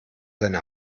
seine